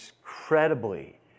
incredibly